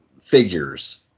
figures